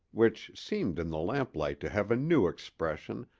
which seemed in the lamplight to have a new expression,